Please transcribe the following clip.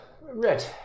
red